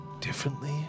differently